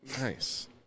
nice